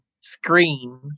screen